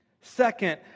Second